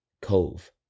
cove